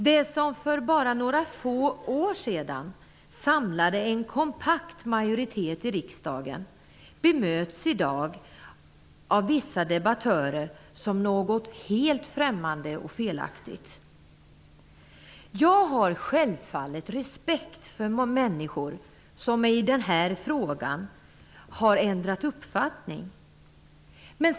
Det som för bara några få år sedan samlade en kompakt majoritet i riksdagen bedöms av vissa debattörer i dag som något helt främmande och felaktigt. Jag har självfallet respekt för människor som i den här frågan har ändrat uppfattning.